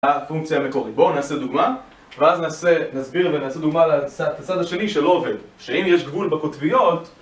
הפונקציה המקורית, בואו נעשה דוגמא ואז נעשה... נסביר ונעשה דוגמא לצד השני שלא עובד, שאם יש גבול בקוטביות